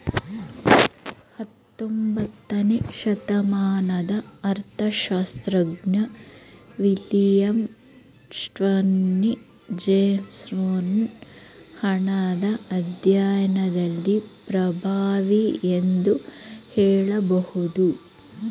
ಹತ್ತೊಂಬತ್ತನೇ ಶತಮಾನದ ಅರ್ಥಶಾಸ್ತ್ರಜ್ಞ ವಿಲಿಯಂ ಸ್ಟಾನ್ಲಿ ಜೇವೊನ್ಸ್ ಹಣದ ಅಧ್ಯಾಯದಲ್ಲಿ ಪ್ರಭಾವಿ ಎಂದು ಹೇಳಬಹುದು